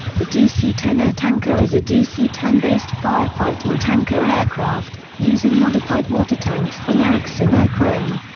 the dc ten air tanker is a dc ten based firefighting tanker aircraft, using modified water tanks from erickson air-crane.